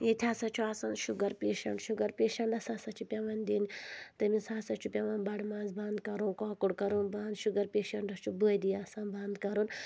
ییٚتہِ ہَسا چھُ آسَان شُگَر پیشَنٛٹَس شُگَر پیشَنَس ہَسا چھُ پیٚوان دِنۍ تٔمِس ہَسا چھُ پیٚوان بَڑٕ ماز بنٛد کَرُن کۄکُر کَرُن بنٛد شُگَر پیشَنٛٹَس چھُ بٲدی آسان بنٛد کَرُن